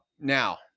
Now